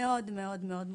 מאוד מורכב,